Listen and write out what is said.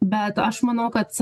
bet aš manau kad